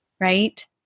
right